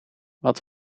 wat